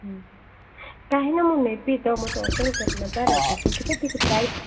ହୁଁ କାହିଁନା ମୁଁ ନେବି ତ ମୋତେ ଅର୍ଡର୍ କରି ନେବାର ଅଛି ସେଇଥିପାଇଁ ଟିକେ ପ୍ରାଇସ୍